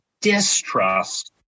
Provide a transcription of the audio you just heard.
distrust